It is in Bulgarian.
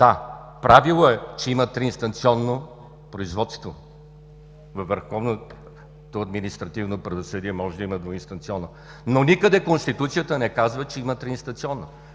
„Да, правило е, че има триинстанционно производство“. Във върховното административно правосъдие може да има двуинстанционно, но никъде Конституцията не казва, че има триинстанционно.